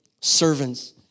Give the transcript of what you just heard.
servants